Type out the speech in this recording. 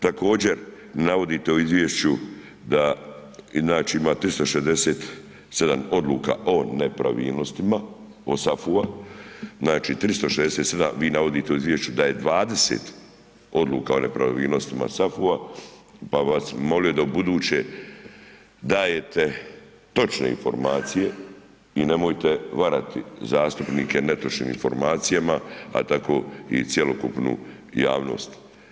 Također, navodite u izvješću da, znači, ima 367 odluka o nepravilnostima o SAFU-a, znači 367, vi navodite u izvješću da je 20 odluka o nepravilnostima SAFU-a, pa bi vas molio da ubuduće dajete točne informacije i nemojte varati zastupnike netočnim informacijama a tako i cjelokupnu javnost.